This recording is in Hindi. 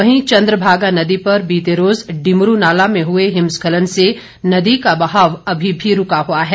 वहीं चंद्रभागा नदी पर बीते रोज़ डिमरू नाला में हुए हिमस्खलन से नदी का बहाव अभी भी रूका हुआ है